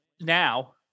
Now